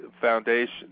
foundation